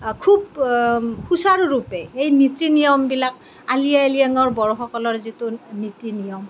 খুব সুচাৰুৰূপে এই নীতি নিয়মবিলাক আলি আই লৃয়াঙৰ বৰসকলৰ যিটো নীতি নিয়ম